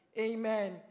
Amen